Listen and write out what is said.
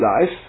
life